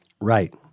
right